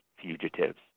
fugitives